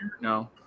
No